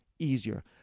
Easier